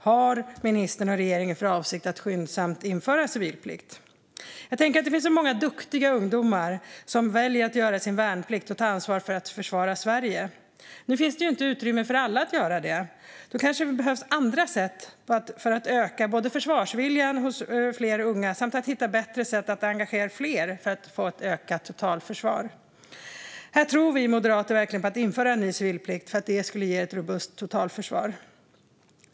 Har ministern och regeringen för avsikt att skyndsamt införa civilplikt? Det finns så många duktiga ungdomar som väljer att göra sin värnplikt och ta ansvar för att försvara Sverige. Nu finns det ju inte utrymme för alla att göra det. Då kanske det behövs andra och bättre sätt för att både öka försvarsviljan hos unga och engagera fler för att få ett ökat totalförsvar. Här tror vi moderater verkligen på att införa en ny civilplikt - det skulle ge ett robust totalförsvar.